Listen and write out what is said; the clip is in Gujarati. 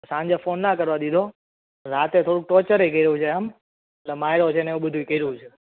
સાંજે ફોન ના કરવા દીધો રાતે થોડું ટોર્ચરેય કર્યું છે એમ એટલે માર્યો છે ને એવું બધુંય કર્યું છે